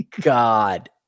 God